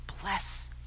bless